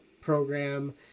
program